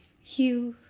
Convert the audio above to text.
hugh,